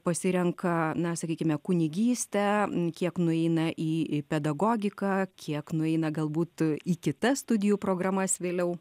pasirenka na sakykime kunigystę kiek nueina į į pedagogiką kiek nueina galbūt į kitas studijų programas vėliau